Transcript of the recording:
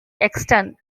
extant